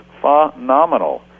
phenomenal